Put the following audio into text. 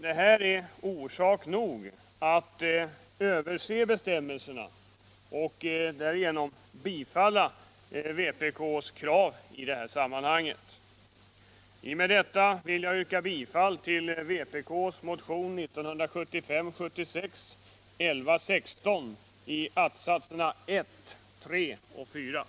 Detta är orsak nog att överse bestämmelserna och bifalla vpk:s krav i detta sammanhang.